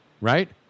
right